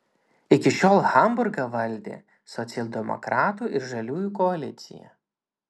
iki šiol hamburgą valdė socialdemokratų ir žaliųjų koalicija